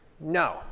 No